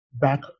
back